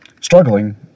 Struggling